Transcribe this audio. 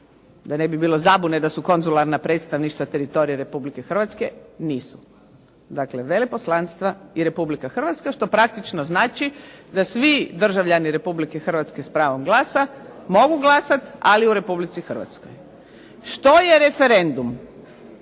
Da ne bi bilo zabune da su konzularna predstavništva teritorija Republike Hrvatske. Nisu. Dakle, veleposlanstva i Republika Hrvatska, što praktično znači, da svi državljani Republike Hrvatske s pravom glasa, mogu glasati ali u Republici Hrvatskoj. Što je referendum?